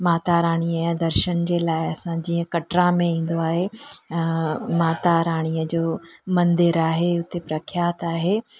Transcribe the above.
माता राणीअ जा दर्शन जे लाइ असां जीअं कटरा में ईंदो आहे माता राणीअ जो मंदरु आहे उते प्रख्यात आहे